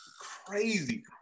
crazy